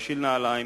השיל נעליים